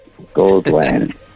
Goldland